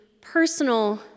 personal